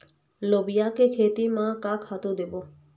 लोबिया के खेती म का खातू देबो?